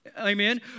amen